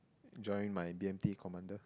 join my B_M_P commander